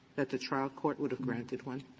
that the trial court would have granted one?